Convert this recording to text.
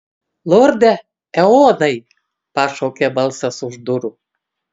lorde eonai pašaukė balsas už durų